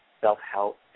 self-help